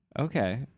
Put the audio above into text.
Okay